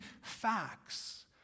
facts